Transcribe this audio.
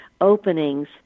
openings